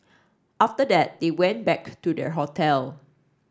after that they went back to their hotel